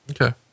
Okay